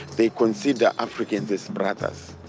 they consider africans as brothers.